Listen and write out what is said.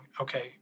okay